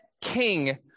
king